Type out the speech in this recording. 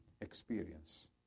experience